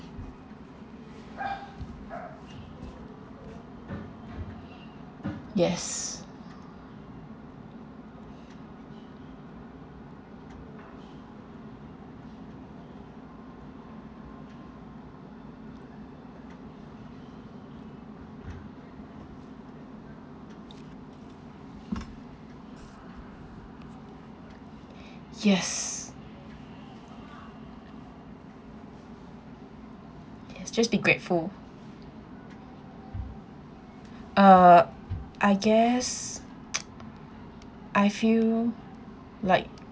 yes yes yes just be grateful uh I guess I feel like